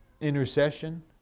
intercession